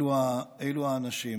אלו האנשים.